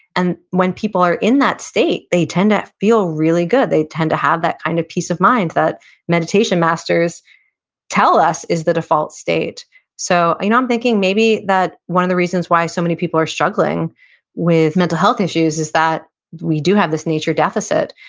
and when people are in that state, they tend to feel really good, they tend to have that kind of peace of mind that meditation masters tell us is the default state so, i'm thinking maybe that one of the reasons why so many people are struggling with mental health issues is that we do have this nature deficit.